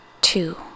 two